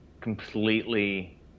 completely